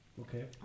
Okay